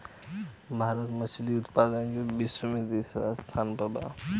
भारत मछली उतपादन में विश्व में तिसरा स्थान पर बा